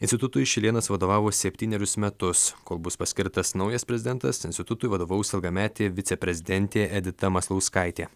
institutui šilėnas vadovavo septynerius metus kol bus paskirtas naujas prezidentas institutui vadovaus ilgametė viceprezidentė edita maslauskaitė